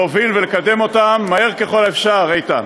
להוביל ולקדם אותן מהר ככל האפשר, איתן.